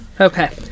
okay